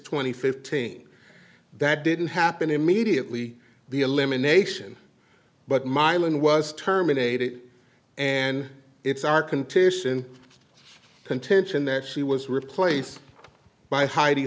and fifteen that didn't happen immediately the elimination but mylan was terminated and it's our continuation contention that she was replaced by heidi